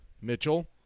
Mitchell